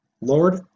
Lord